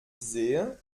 sehe